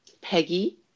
Peggy